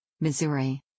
Missouri